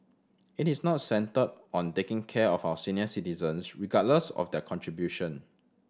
it is not centred on taking care of our senior citizens regardless of their contribution